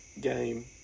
game